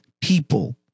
people